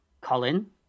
Colin